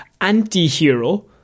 anti-hero